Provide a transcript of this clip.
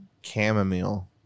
chamomile